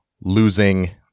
losing